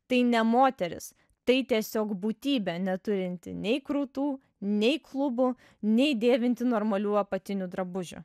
tai ne moteris tai tiesiog būtybė neturinti nei krūtų nei klubų nei dėvinti normalių apatinių drabužių